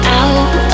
out